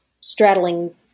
straddling